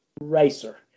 racer